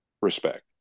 respect